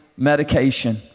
medication